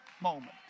moment